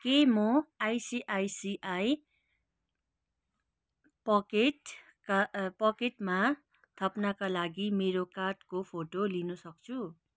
के म आइसिआइसिआई पकेटका पकेटमा थप्नका लागि मेरो कार्डको फोटो लिनसक्छु